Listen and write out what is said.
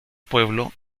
pueblo